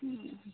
हुँ